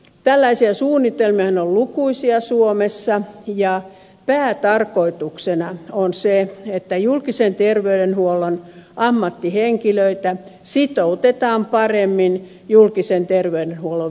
tällaisia suunnitelmia on lukuisia suomessa ja päätarkoituksena on se että julkisen terveydenhuollon ammattihenkilöitä sitoutetaan paremmin julkisen terveydenhuollon virkoihin